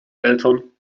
eltern